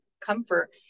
comfort